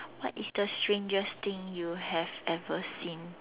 what is the strangest thing you have ever seen